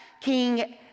King